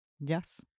Yes